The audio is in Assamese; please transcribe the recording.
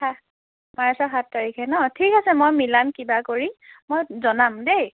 হয় মাৰ্চৰ সাত তাৰিখে ন ঠিক আছে মই মিলাম কিবা কৰি মই জনাম দেই